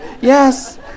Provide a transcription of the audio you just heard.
Yes